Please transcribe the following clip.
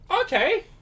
okay